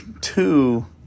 two